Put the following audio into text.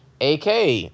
AK